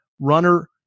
runner